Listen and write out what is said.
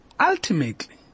Ultimately